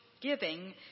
giving